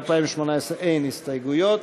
ל-2018 אין הסתייגויות.